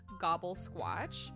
gobble-squatch